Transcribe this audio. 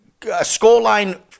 scoreline